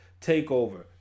Takeover